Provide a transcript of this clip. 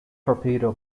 torpedo